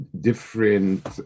different